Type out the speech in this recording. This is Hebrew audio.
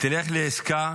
תלך לעסקה